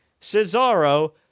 Cesaro